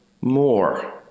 more